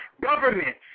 government